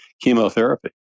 chemotherapy